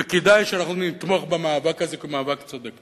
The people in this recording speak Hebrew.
וכדאי שאנחנו נתמוך במאבק הזה, כי הוא מאבק צודק.